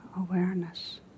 awareness